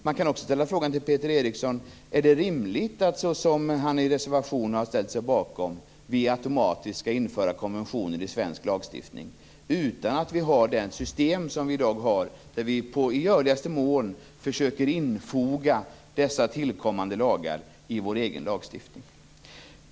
Man kan också ställa frågan till Peter Eriksson om det är rimligt att vi, i enlighet med den reservation som han har ställt sig bakom, automatiskt skall införa konventioner i svensk lagstiftning utan att ha det system som vi i dag har, där vi i görligaste mån försöker infoga dessa tillkommande lagar i vår egen lagstiftning.